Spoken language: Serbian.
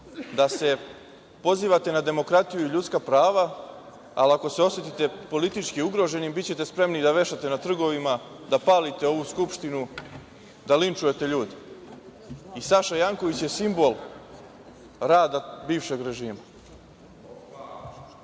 da se pozivate na demokratiju i ljudska prava, ali ako se osetite politički ugroženim bićete spremni da vešate na trgovima da palite ovu Skupštinu, da linčujete ljude. Saša Janković je simbol rada bivšeg režima.